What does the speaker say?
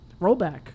rollback